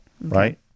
right